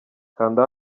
kanda